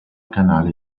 canale